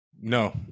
No